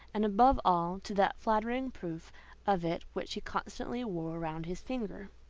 and above all to that flattering proof of it which he constantly wore round his finger.